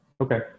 Okay